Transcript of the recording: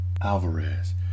Alvarez